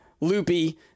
loopy